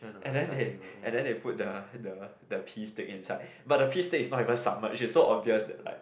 and then they and then they put the the pee stick inside but the pee stick is not even submerged it's so obvious that like